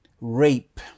rape